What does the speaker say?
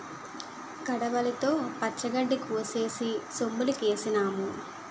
కొడవలితో పచ్చగడ్డి కోసేసి సొమ్ములుకేసినాం